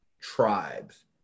tribes